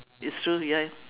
it's true ya